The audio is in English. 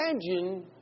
Imagine